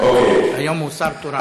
היום הוא שר תורן.